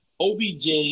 OBJ